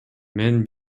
мен